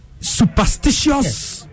superstitious